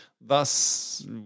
thus